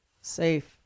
safe